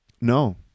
No